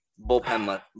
Bullpen